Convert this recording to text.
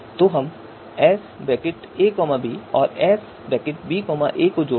तो हम S A B और एस बी ए को जोड़ते हैं